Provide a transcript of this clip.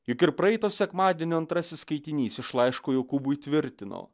juk ir praeito sekmadienio antrasis skaitinys iš laiško jokūbui tvirtino